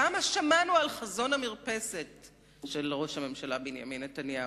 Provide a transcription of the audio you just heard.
כמה שמענו על חזון המרפסת של ראש הממשלה בנימין נתניהו.